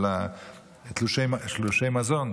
של תלושי מזון,